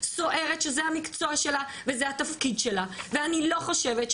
סוהרת שזה המקצוע שלה וזה התפקיד שלה ואני לא חושבת,